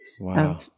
Wow